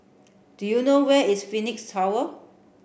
do you know where is Phoenix Tower